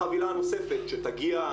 החבילה הנוספת שתגיע,